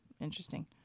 Interesting